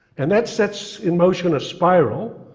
and that sets in motion a spiral,